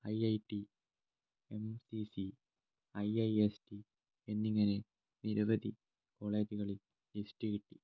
I I T M C C I I S T എന്നിങ്ങനെ നിരവധി കോളേജുകളിൽ list കിട്ടി